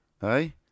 Hey